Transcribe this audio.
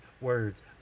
words